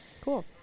Cool